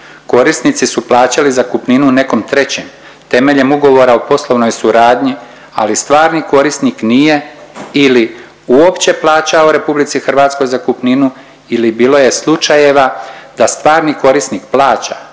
Korisnici su plaćali zakupninu nekom trećem temeljem ugovora o poslovnoj suradnji ali stvarni korisnik nije ili uopće plaćao RH zakupninu ili bilo je slučajeva da stvarni korisnik plaća